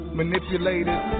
manipulated